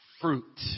fruit